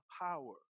power